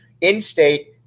in-state